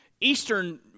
Eastern